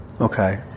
okay